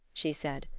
she said.